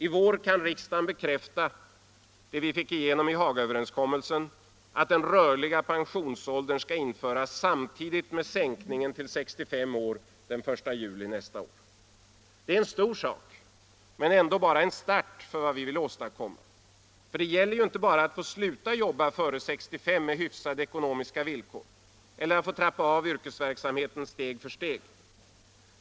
I vår kan riksdagen bekräfta det vi fick igenom i Hagaöverenskommelsen: att den rörliga pensionsåldern skall införas samtidigt med sänkningen till 65 år den 1 juli nästa år. Det är en stor sak men ändå bara en start för vad vi vill åstadkomma. Det gäller ju inte endast att få sluta jobba före 65 med hyfsade ekonomiska villkor eller att få trappa ner yrkesverksamheten steg för steg.